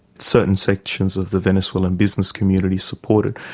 certain sections of the venezuelan business community, supported,